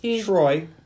Troy